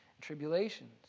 tribulations